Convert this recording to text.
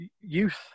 youth